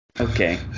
Okay